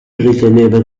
riteneva